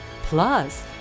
plus